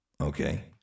Okay